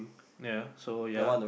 yea so yea